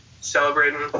celebrating